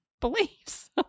beliefs